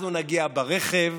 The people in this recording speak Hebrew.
אנחנו נגיע ברכב,